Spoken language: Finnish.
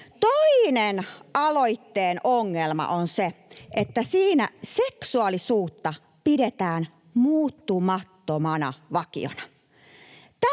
Toinen aloitteen ongelma on se, että siinä seksuaalisuutta pidetään muuttumattomana vakiona.